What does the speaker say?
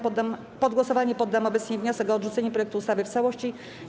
Pod głosowanie poddam obecnie wniosek o odrzucenie projektu ustawy w całości.